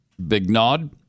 Bignod